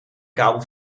kabel